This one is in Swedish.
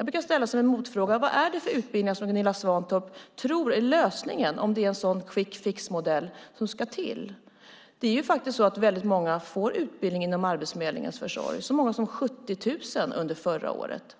Jag brukar ställa en motfråga: Vad är det för utbildning som Gunilla Svantorp tror är lösningen, om det är en sådan quick fix-modell som ska till? Det är faktiskt så att väldigt många får utbildning genom Arbetsförmedlingens försorg, så många som 70 000 under förra året.